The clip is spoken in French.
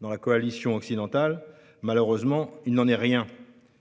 dans la coalition occidentale. Malheureusement, il n'en est rien